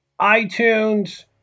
iTunes